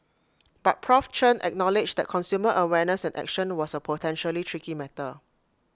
but Prof Chen acknowledged that consumer awareness and action was A potentially tricky matter